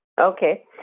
Okay